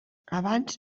abans